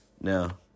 Now